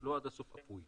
לא עד הסוף אפוי.